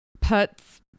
putts